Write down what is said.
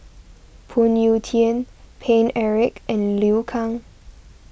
Phoon Yew Tien Paine Eric and Liu Kang